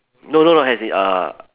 no no as in uh